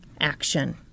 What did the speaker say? action